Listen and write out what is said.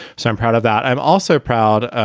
so i'm proud of that. i'm also proud.